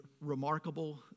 remarkable